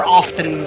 often